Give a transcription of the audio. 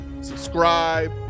subscribe